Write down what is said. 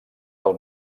del